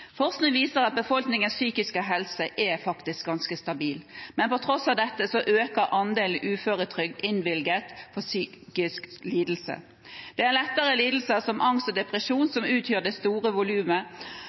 Forskning viser at befolkningens psykiske helse er ganske stabil, men på tross av dette øker andelen uføretrygd innvilget for psykiske lidelser. Det er lettere lidelser som angst og depresjon som utgjør det store volumet